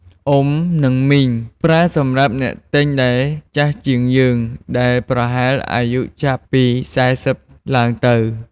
“អ៊ុំ” និង “មីង” ប្រើសម្រាប់អ្នកទិញដែលចាស់ជាងយើង ដែលប្រហែលអាយុចាប់ពី ៤០ ឡើងទៅ។